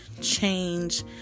change